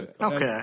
Okay